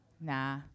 Nah